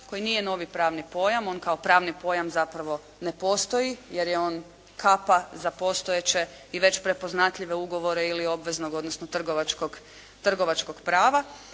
koji nije novi pravni pojam. On kao pravni pojam zapravo ne postoji jer je on kapa za postojeće i već prepoznatljive ugovore ili obveznog odnosno trgovačkog prava.